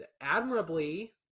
admirably